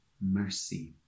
mercy